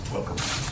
Welcome